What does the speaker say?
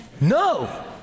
No